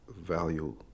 value